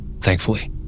thankfully